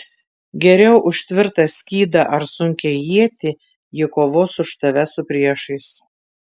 geriau už tvirtą skydą ar sunkią ietį ji kovos už tave su priešais